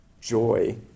joy